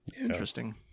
Interesting